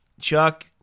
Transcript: Chuck